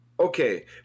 Okay